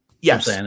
Yes